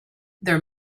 there